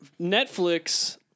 Netflix